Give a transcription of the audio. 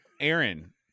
aaron